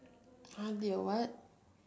I be a what